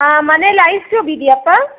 ಆಂ ಮನೇಲಿ ice cube ಇದೆಯಾಪ್ಪ